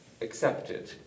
accepted